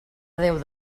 déu